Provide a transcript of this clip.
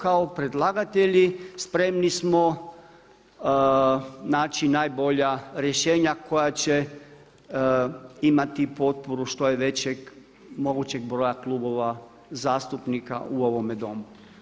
Kao predlagatelji spremni smo naći najbolja rješenja koja će imati potporu što je većeg mogućeg broja klubova zastupnika u ovome Domu.